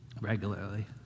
regularly